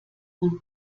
und